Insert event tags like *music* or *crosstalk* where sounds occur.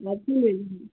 *unintelligible*